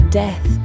death